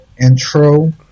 intro